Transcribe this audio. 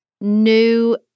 new